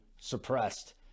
suppressed